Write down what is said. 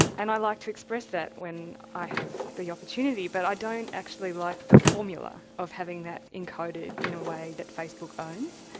and i like to express that when i have the opportunity. but i don't actually like the formula of having that encoded in a way that facebook owns.